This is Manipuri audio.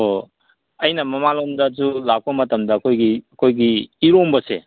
ꯑꯣ ꯑꯩꯅ ꯃꯃꯥꯡꯂꯣꯝꯗꯁꯨ ꯂꯥꯛꯄ ꯃꯇꯝꯗ ꯑꯩꯈꯣꯏꯒꯤ ꯑꯩꯈꯣꯏꯒꯤ ꯏꯔꯣꯝꯕꯁꯦ